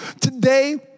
Today